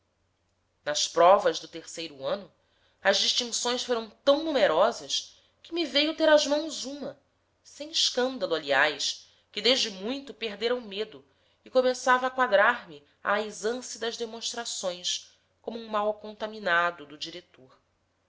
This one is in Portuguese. nas provas do terceiro ano as distinções foram tão numerosas que me veio ter às mãos uma sem escândalo aliás que desde muito perdera o medo e começava a quadrar me a aisance das demonstrações como um mal contaminado do diretor